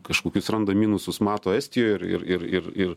kažkokius randa minusus mato estijoje ir ir ir ir